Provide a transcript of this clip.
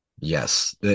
Yes